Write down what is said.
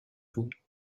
vous